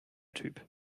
typ